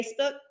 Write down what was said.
Facebook